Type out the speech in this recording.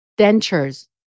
Dentures